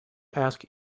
ask